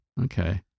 Okay